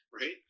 right